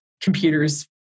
computers